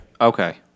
Okay